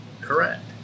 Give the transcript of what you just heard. Correct